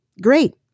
Great